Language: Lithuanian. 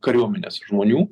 kariuomenės žmonių